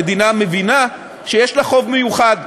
המדינה מבינה שיש לה חוב מיוחד,